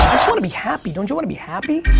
wanna be happy, don't you wanna be happy?